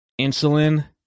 insulin